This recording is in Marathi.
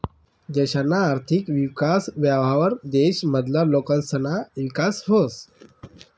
देशना आर्थिक विकास व्हवावर देश मधला लोकसना ईकास व्हस